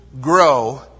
grow